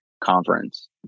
conference